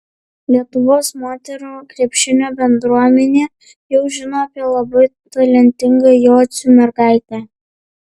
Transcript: lietuvos moterų krepšinio bendruomenė jau žinojo apie labai talentingą jocių mergaitę